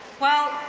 well,